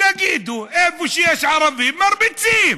תגידו: איפה שיש ערבים, מרביצים.